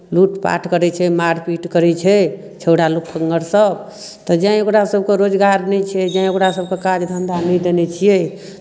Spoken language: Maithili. लूटपाट करै छै मारपीट करै छै छौड़ा लफंगरसभ तऽ जाँय ओकरासभके रोजगार नहि छै जाँय ओकरासभके काज धन्धा नहि देने छियै तैँ